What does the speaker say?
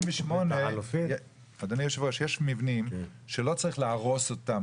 יש מבנים שלא צריך להרוס אותם.